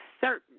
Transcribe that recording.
certain